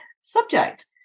subject